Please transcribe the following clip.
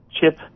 chip